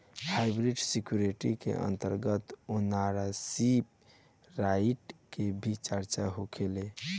hybrid security के अंतर्गत ownership right के भी चर्चा होखेला